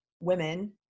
women